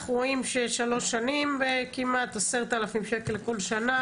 אנחנו רואים ששלוש שנים וכמעט 10,000 בקשות כל שנה,